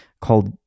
called